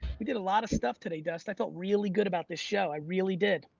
we did a lot of stuff today dus. i felt really good about this show. i really did.